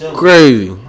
crazy